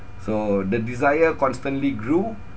so the desire constantly grew